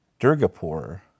Durgapur